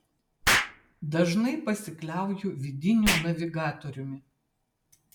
dažnai pasikliauju vidiniu navigatoriumi